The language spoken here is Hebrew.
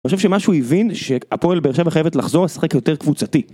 אני חושב שמה שהוא הבין, שהפועל באר שבע חייבת לחזור לשחק יותר קבוצתי